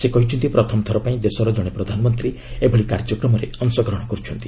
ସେ କହିଛନ୍ତି ପ୍ରଥମ ଥରପାଇଁ ଦେଶର ଜଣେ ପ୍ରଧାନମନ୍ତ୍ରୀ ଏଭଳି କାର୍ଯ୍ୟକ୍ରମରେ ଅଂଶଗ୍ରହଣ କରୁଛନ୍ତି